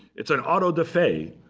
it's an auto-da-fe,